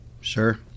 sure